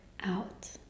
out